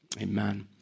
amen